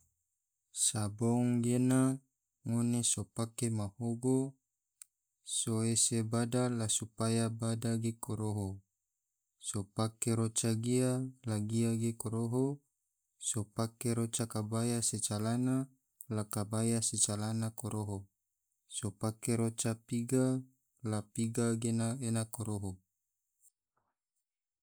Sabong gena ngone so pake mahogo so ese bada la supaya bada ge koroho, so pake roca gia la gia koroho, so pake roca kabaya se calana la kabaya se calana koroho, so pake roca piga la piga ge ena koroho